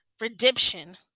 redemption